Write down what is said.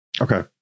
okay